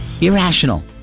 Irrational